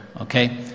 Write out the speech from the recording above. okay